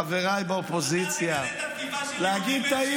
חבריי באופוזיציה -- אתה תגנה את התקיפה של יהודי בן 74?